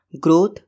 Growth